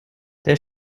der